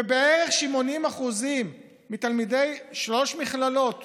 ובערך 80% מתלמידי שלוש המכללות